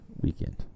weekend